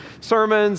sermons